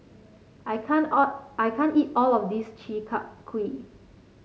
I can't all I can't eat all of this Chi Kak Kuih